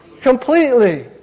Completely